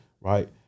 right